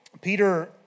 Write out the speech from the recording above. Peter